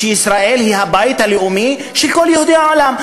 שישראל היא הבית הלאומי של כל יהודי העולם.